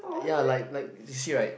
ya like like you see right